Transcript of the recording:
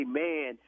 man